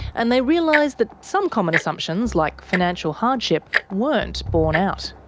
and they realised that some common assumptions, like financial hardship, weren't borne out.